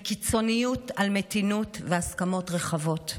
וקיצוניות על מתינות והסכמות רחבות.